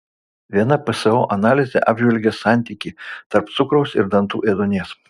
viena pso analizė apžvelgė santykį tarp cukraus ir dantų ėduonies